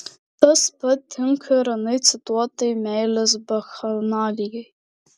tas pat tinka ir anai cituotai meilės bakchanalijai